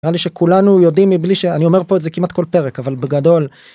נראה לי שכולנו יודעים מבלי ש... אני אומר פה את זה כמעט כל פרק אבל בגדול